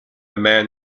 man